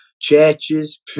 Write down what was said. churches